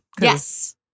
Yes